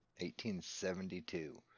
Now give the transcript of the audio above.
1872